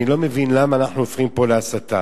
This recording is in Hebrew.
אני לא מבין למה אנחנו הופכים את זה פה להסתה.